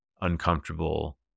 uncomfortable